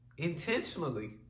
intentionally